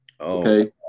Okay